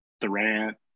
Durant